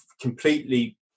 completely